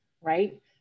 right